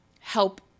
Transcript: help